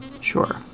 Sure